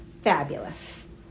Fabulous